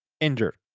injured